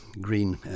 Green